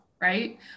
right